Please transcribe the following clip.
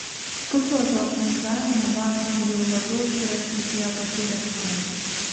puslapio optimizavimu domisi jau labiau šioje srityje patyrę klientai